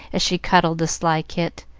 as she cuddled the sly kit.